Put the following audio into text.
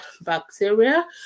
bacteria